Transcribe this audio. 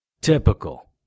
Typical